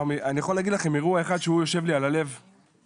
אני יכול להגיד לכם אירוע אחד שיושב לי על הלב ממש,